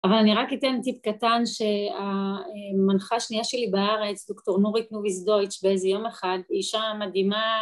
‫אבל אני רק אתן טיפ קטן ‫שה.. אה.. מנחה השנייה שלי בארץ, ‫דוקטור נורית נוביס דויץ', ‫באיזה יום אחד, אישה מדהימה...